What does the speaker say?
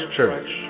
Church